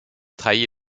trahit